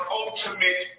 ultimate